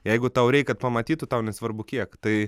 jeigu tau reik kad pamatytų tau nesvarbu kiek tai